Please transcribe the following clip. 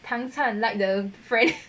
唐灿 like the friend